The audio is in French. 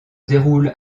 déroule